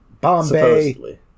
Bombay